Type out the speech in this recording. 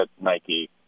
nike